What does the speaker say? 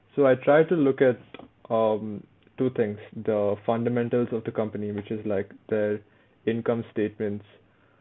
so I try to look at um two things the fundamentals of the company which is like their income statements